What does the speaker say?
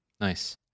Nice